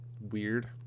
weird